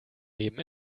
leben